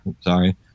sorry